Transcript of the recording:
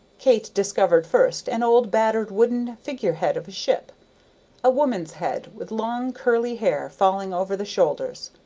kate discovered first an old battered wooden figure-head of a ship a woman's head with long curly hair falling over the shoulders.